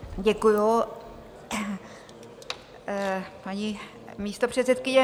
Děkuji, paní místopředsedkyně.